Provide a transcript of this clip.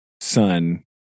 son